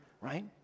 Right